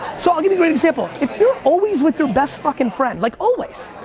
so i'll give you an example. if you're always with your best fuckin' friend, like always,